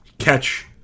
Catch